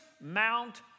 Mount